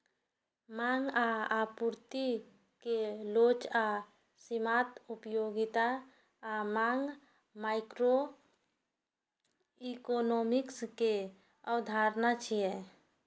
मांग आ आपूर्ति के लोच आ सीमांत उपयोगिता आ मांग माइक्रोइकोनोमिक्स के अवधारणा छियै